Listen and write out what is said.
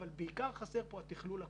אבל בעיקר חסר פה התכלול הכולל.